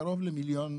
קרוב למיליון.